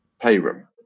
playroom